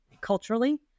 culturally